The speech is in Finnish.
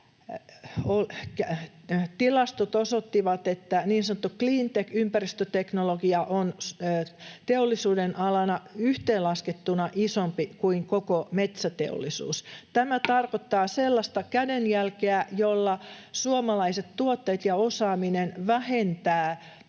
tilastot osoittivat, että niin sanottu cleantech-ympäristöteknologia on teollisuudenalana yhteenlaskettuna isompi kuin koko metsäteollisuus. Tämä tarkoittaa sellaista kädenjälkeä, jolla suomalaiset tuotteet ja osaaminen vähentävät päästöjä